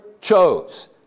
chose